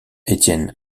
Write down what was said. etienne